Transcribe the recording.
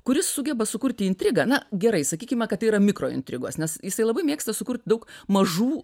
kuris sugeba sukurti intrigą na gerai sakykime kad yra mikrointrigos nes jisai labai mėgsta sukurti daug mažų